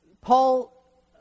Paul